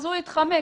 הוא יתחמק.